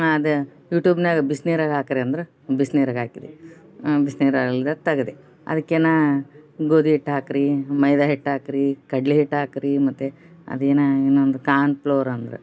ಅದು ಯುಟ್ಯೂಬ್ನ್ಯಾಗ ಬಿಸಿ ನೀರಾಗ ಹಾಕ್ರಿ ಅಂದ್ರು ಬಿಸಿ ನೀರಾಗ ಹಾಕಿದೆ ಬಿಸಿ ನೀರಲ್ದ ತೆಗ್ದೆ ಅದಕ್ಕೆ ನಾ ಗೋಧಿ ಹಿಟ್ ಹಾಕಿರಿ ಮೈದಾ ಹಿಟ್ಟು ಹಾಕಿರಿ ಕಡಲೆ ಹಿಟ್ಟು ಹಾಕಿರಿ ಮತ್ತು ಅದೇನೋ ಇನ್ನೊಂದು ಕಾನ್ಪ್ಲೋರ್ ಅಂದ್ರು